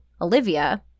Olivia